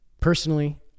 Personally